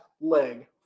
leg